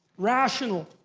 rational.